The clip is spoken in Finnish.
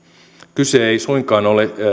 kyse ei suinkaan ole